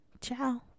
ciao